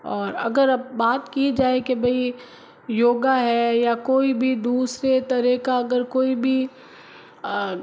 और अगर अब बात की जाए की भाई योगा है या कोई भी दूसरे तरहें का अगर कोई भी